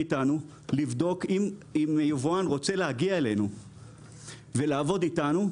אם יבואן רוצה להגיע אלינו ולעבוד אתנו,